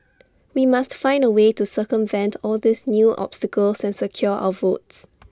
we must find A way to circumvent all these new obstacles and secure our votes